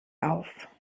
auf